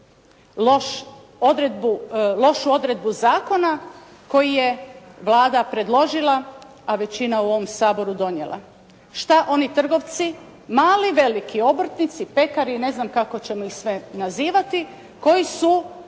lošu odredbu zakona koji je Vlada predložila, a većina u ovom Saboru donijela? Šta oni trgovci, mali i veliki obrtnici, pekari i ne znam kako ćemo ih sve nazivati, koji su